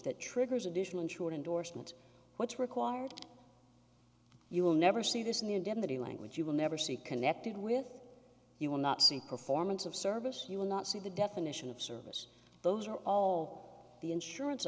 that triggers additional insured indorsement what's required you will never see this in the indemnity language you will never see connected with you will not see performance of service you will not see the definition of service those are all the insurance